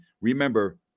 Remember